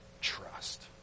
trust